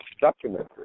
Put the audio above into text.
documentary